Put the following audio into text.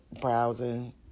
browsing